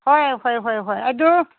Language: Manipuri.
ꯍꯣꯏ ꯍꯣꯏ ꯍꯣꯏ ꯑꯗꯨ